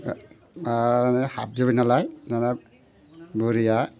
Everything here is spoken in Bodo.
दाना हाबजोब्बाय नालाय दाना बुरिया